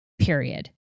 period